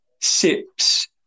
SIPs